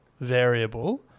variable